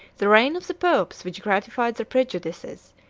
the reign of the popes, which gratified the prejudices,